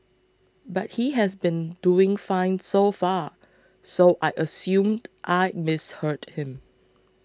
but he has been doing fine so far so I assumed I'd misheard him